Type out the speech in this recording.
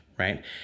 right